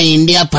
India